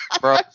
Bro